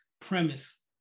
premise